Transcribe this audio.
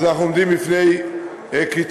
אנחנו עומדים בפני קיצוצים.